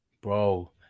Bro